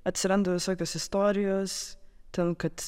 atsiranda visokios istorijos ten kad